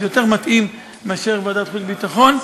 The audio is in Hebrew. זה יותר מתאים מאשר בוועדת החוץ והביטחון.